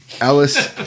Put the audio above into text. Alice